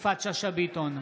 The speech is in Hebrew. יפעת שאשא ביטון,